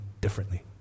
differently